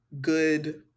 good